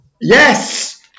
Yes